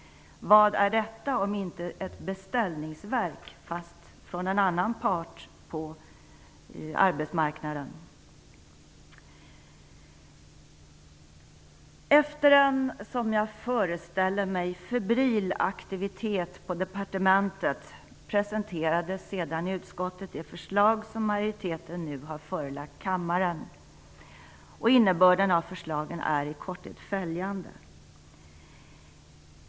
Vad är detta om inte ett beställningsverk, låt vara från en annan part på arbetsmarknaden. Efter en - som jag föreställer mig - febril aktivitet på departementet presenteras sedan i utskottet det förslag som majoriteten nu har förelagt kammaren. Innebörden av förslagen är i korthet följande.